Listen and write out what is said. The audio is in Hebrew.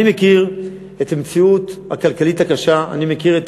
אני מכיר את המציאות הכלכלית הקשה, אני מכיר את